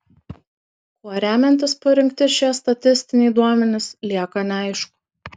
kuo remiantis parinkti šie statistiniai duomenys lieka neaišku